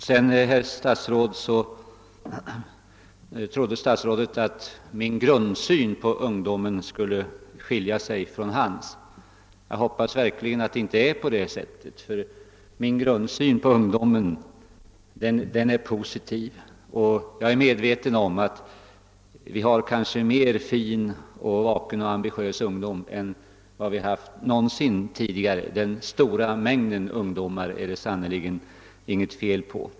Herr statsrådet trodde vidare att min grundsyn på ungdomen skulle skilja sig från hans. Jag hoppas verkligen att det inte är på det sättet, ty min grundsyn på ungdomen är positiv. Jag är medveten om att vi har kanske mer av fin, vaken och ambitiös ungdom än vi någonsin tidigare haft. Den stora mängden ungdomar är det sannerligen inget fel på.